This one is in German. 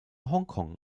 hongkong